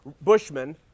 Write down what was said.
Bushman